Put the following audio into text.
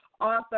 author